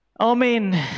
Amen